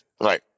right